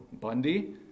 Bundy